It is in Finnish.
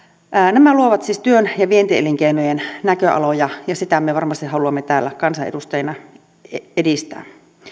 nämä luovat siis työn ja vientielinkeinojen näköaloja ja sitä me varmasti haluamme täällä kansanedustajina edistää